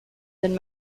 than